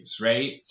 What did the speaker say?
Right